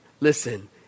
Listen